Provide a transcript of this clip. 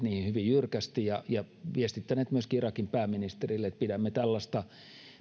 niihin hyvin jyrkästi ja ja viestittäneet myöskin irakin pääministerille että pidämme tällaista